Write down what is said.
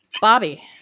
Bobby